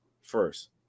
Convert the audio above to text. first